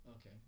Okay